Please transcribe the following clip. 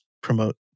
promote